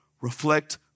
reflect